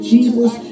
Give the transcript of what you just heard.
Jesus